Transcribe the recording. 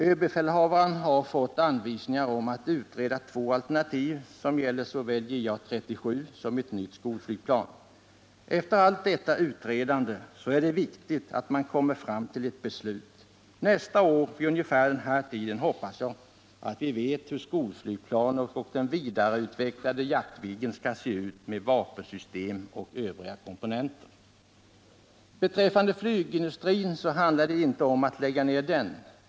Överbefälhavaren har fått anvisningar om att utreda två alternativ — såväl JA 37 som ett nytt skolflygplan. Efter allt detta utredande är det viktigt att komma fram till ett beslut. Nästa år vid ungefär den här tiden hoppas jag att vi vet hur skolflygplanet och den vidareutvecklade Jaktviggen skall se ut med vapensystem och övriga komponenter. Beträffande flygindustrin handlar det inte om att lägga ned den.